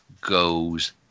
goes